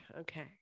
okay